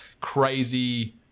crazy